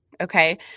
Okay